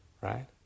Right